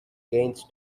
gains